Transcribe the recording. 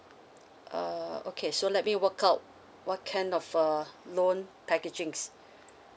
uh okay so let me work out what kind of uh loan packaging